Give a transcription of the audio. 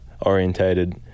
orientated